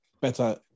better